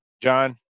John